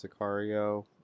Sicario